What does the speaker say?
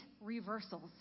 reversals